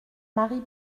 marie